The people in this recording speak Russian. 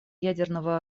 ядерного